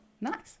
Nice